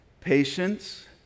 patience